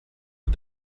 but